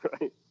Right